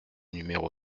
numéro